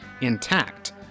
intact